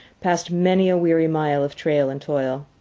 past many a weary mile of trail and toil.